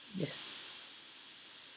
yes